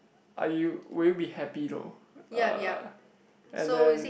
are you will you be happy though uh and then